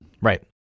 Right